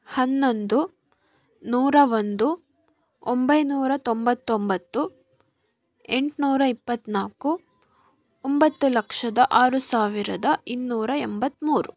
ಹನ್ನೊಂದು ನೂರ ಒಂದು ಒಂಬೈನೂರ ತೊಂಬತ್ತೊಂಬತ್ತು ಎಂಟುನೂರ ಇಪ್ಪತ್ತನಾಲ್ಕು ಒಂಬತ್ತು ಲಕ್ಷದ ಆರು ಸಾವಿರದ ಇನ್ನೂರ ಎಂಬತ್ತಮೂರು